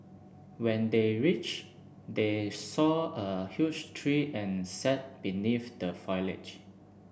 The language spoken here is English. when they reached they saw a huge tree and sat beneath the foliage